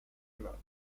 allowed